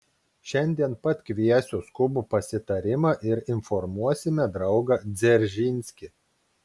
šiandien pat kviesiu skubų pasitarimą ir informuosime draugą dzeržinskį